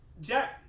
Jack